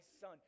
son